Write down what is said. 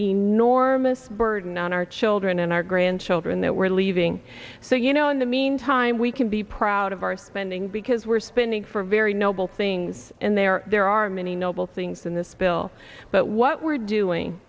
enormous burden on our children and our grandchildren that we're leaving so you know in the meantime we can be proud of our spending because we're spending for very noble things and they are there are many noble things in this bill but what we're doing